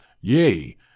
yea